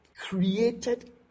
created